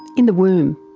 in the womb.